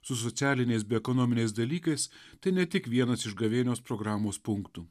su socialiniais bei ekonominiais dalykais tai ne tik vienas iš gavėnios programos punktų